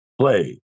play